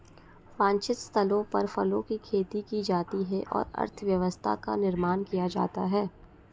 वांछित स्थलों पर फलों की खेती की जाती है और अर्थव्यवस्था का निर्माण किया जाता है